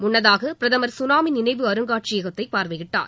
முன்னதாக பிரதமர் சுனாமி நினைவு அருங்காட்சியகத்தை பார்வையிட்டார்